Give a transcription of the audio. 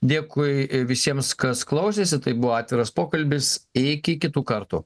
dėkui visiems kas klausėsi tai buvo atviras pokalbis iki kitų kartų